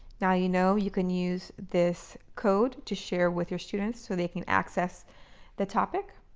now, you know, you can use this code to share with your students so they can access the topic.